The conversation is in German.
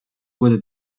wurde